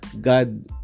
God